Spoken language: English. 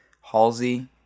halsey